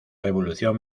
revolución